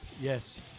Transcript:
Yes